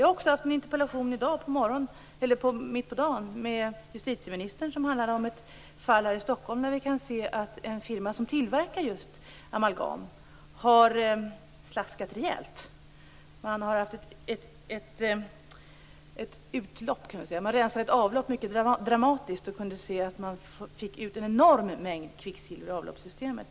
Jag diskuterade i dag på eftermiddagen med justitieministern en interpellation om ett fall här i Stockholm där en firma som tillverkar amalgam har slaskat rejält. Man har gjort en mycket dramatisk rensning av ett avlopp och fått ut en enorm mängd kvicksilver i avloppssystemet.